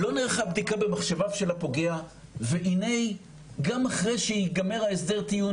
לא נערכה בדיקה במחשביו של הפוגע והנה גם אחרי שייגמר הסדר הטיעון